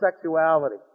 sexuality